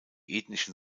ethnischen